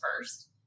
first